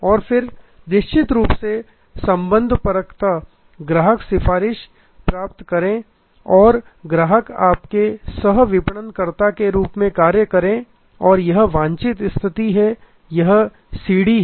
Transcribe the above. और फिर निश्चित रूप से संबंधपरकता से ग्राहक सिफारिश प्राप्त करें अथवा ग्राहक आपके सह विपणनकर्ता के रूप में कार्य करें और यह वांछित स्थिति है और यह सीढ़ी है